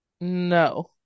No